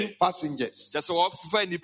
passengers